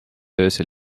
öösel